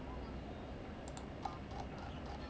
by surprise as she message me not I suppose you have to ask